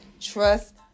Trust